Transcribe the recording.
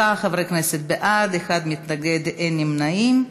שבעה חברי כנסת בעד, אחד מתנגד, אין נמנעים.